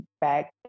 back